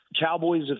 Cowboys